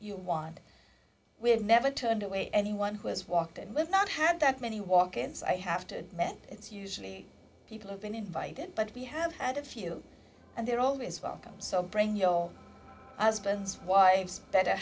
you want we have never turned away anyone who has walked in with not had that many walk ins i have to admit it's usually people who've been invited but we have had a few and they're always welcome so bring yo as buttons wives better